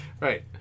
Right